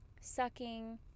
sucking